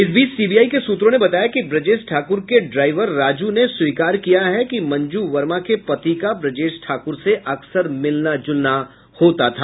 इस बीच सीबीआई के सूत्रों ने बताया कि ब्रजेश ठाकुर के ड्राइवर राजू ने स्वीकार किया है कि मंजू वर्मा के पति का ब्रजेश ठाकुर से अकसर मिलना जुलना होता था